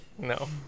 No